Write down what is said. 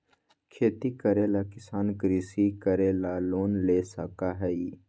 खेती करे वाला किसान कृषि करे ला लोन ले सका हई